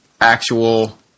actual